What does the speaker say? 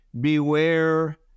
beware